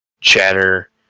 chatter